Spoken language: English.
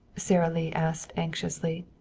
sara lee asked anxiously.